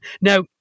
Now